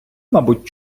мабуть